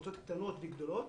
בקבוצות קטנות וגדולות